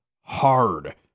hard